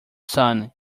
son